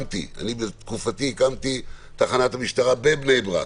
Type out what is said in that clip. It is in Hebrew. בתקופתי הקמתי תחנת משטרה בבני ברק,